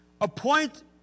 Appoint